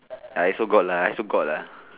I also got lah I also got lah